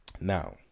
now